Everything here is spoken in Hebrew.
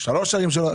שלוש ערים שלא עושות,